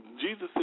Jesus